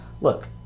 look